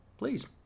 please